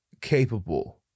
capable